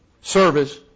service